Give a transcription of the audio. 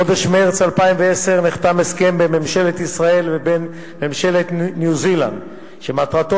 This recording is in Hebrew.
בחודש מרס 2010 נחתם בין ממשלת ישראל לבין ממשלת ניו-זילנד הסכם שמטרתו